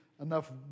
enough